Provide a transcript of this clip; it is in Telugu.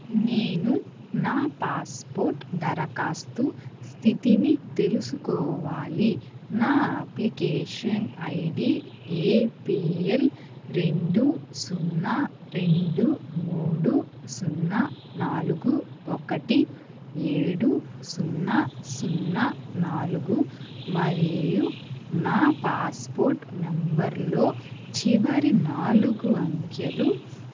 నేను నా పాస్పోర్ట్ దరఖాస్తు స్థితిని తెలుసుకోవాలి నా అప్లికేషన్ ఐడి ఏపిఎల్ రెండు సున్నా రెండు మూడు సున్నా నాలుగు ఒకటి ఏడు సున్నా సున్నా నాలుగు మరియు నా పాస్పోర్ట్ నంబర్లో చివరి నాలుగు అంకెలు